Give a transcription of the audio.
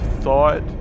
thought